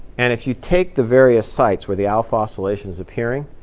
and if you take the various sites where the alpha oscillation is appearing,